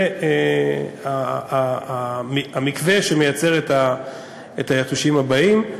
זה המקווה שמייצר את היתושים הבאים.